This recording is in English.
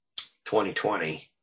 2020